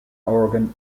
organ